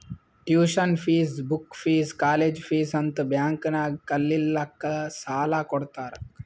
tuition fees, book fees, college fees ಅಂತ್ bank ನಾಗ್ ಕಲಿಲ್ಲಾಕ್ಕ್ ಸಾಲಾ ಕೊಡ್ತಾರ್